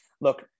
Look